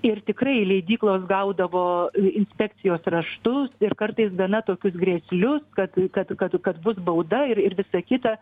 ir tikrai leidyklos gaudavo inspekcijos raštus ir kartais gana tokius grėslius kad kad kad kad bus bauda ir ir visa kita